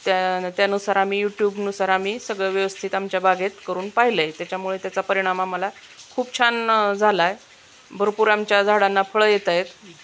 त्या त्यानुसार आ्ही यूट्यूबनुसार आम्ही सगळं व्यवस्थित आमच्या बागेत करून पाहिलाय त्याच्यामुळे त्याचा परिणामा आमाला खूप छान झालाय भरपूर आमच्या झाडांना फळं येतायत